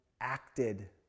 acted